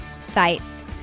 sites